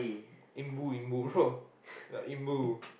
Imbu Imbu bro ya Imbu